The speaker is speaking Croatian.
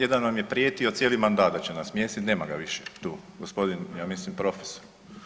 Jedan nam je prijetio cijeli mandat da će nas smijeniti, nema ga više tu, gospodin ja mislim profesor.